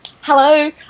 Hello